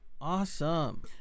awesome